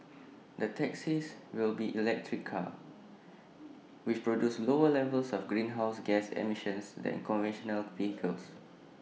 the taxis will be electric cars which produce lower levels of greenhouse gas emissions than conventional vehicles